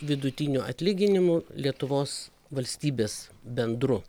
vidutinių atlyginimų lietuvos valstybės bendru